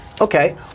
Okay